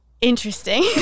Interesting